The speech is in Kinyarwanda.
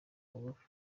bugufi